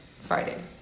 friday